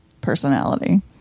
personality